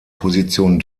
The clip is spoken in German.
position